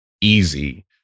easy